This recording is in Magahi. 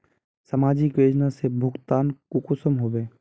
समाजिक योजना से भुगतान कुंसम होबे?